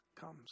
comes